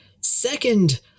Second